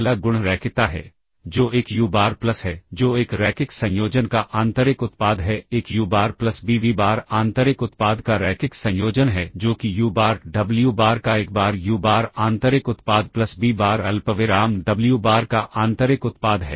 पहला गुण रैखिकता है जो एक यू बार प्लस है जो एक रैखिक संयोजन का आंतरिक उत्पाद है एक U bar plus B V bar आंतरिक उत्पाद का रैखिक संयोजन है जो कि यू बार डब्ल्यू बार का एक बार यू बार आंतरिक उत्पाद प्लस बी बार अल्पविराम डब्ल्यू बार का आंतरिक उत्पाद है